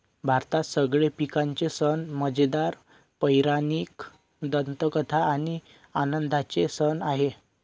भारतात सगळे पिकांचे सण मजेदार, पौराणिक दंतकथा आणि आनंदाचे सण आहे